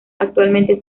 actualmente